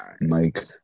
Mike